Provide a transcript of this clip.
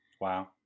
wow